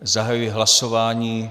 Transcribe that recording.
Zahajuji hlasování.